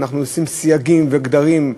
אנחנו עושים סייגים וגדרים,